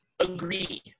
agree